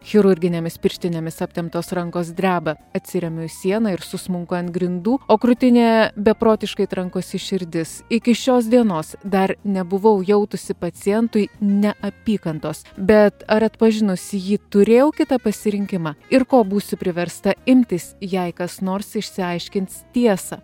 chirurginėmis pirštinėmis aptemptos rankos dreba atsiremiu į sieną ir susmunku ant grindų o krūtinėje beprotiškai trankosi širdis iki šios dienos dar nebuvau jautusi pacientui neapykantos bet ar atpažinusi jį turėjau kitą pasirinkimą ir ko būsiu priversta imtis jei kas nors išsiaiškins tiesą